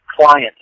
client